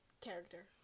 character